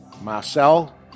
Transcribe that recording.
Marcel